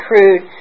crude